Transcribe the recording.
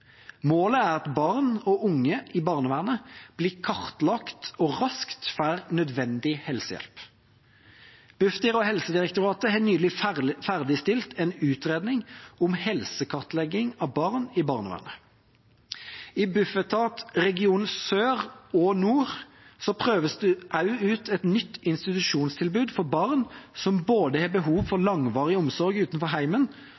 Målet er at barn og unge i barnevernet blir kartlagt og raskt får nødvendig helsehjelp. Bufdir og Helsedirektoratet har nylig ferdigstilt en utredning om helsekartlegging av barn i barnevernet. I Bufetat region sør og region nord prøves det også ut et nytt institusjonstilbud for barn som både har behov for langvarig omsorg utenfor hjemmet og et stort behov for